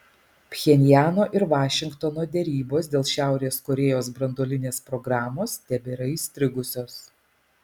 pchenjano ir vašingtono derybos dėl šiaurės korėjos branduolinės programos tebėra įstrigusios